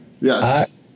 Yes